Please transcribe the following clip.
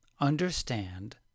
understand